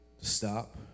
stop